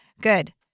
Good